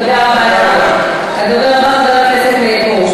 לפנות לאו"ם זה הסתה לטרור?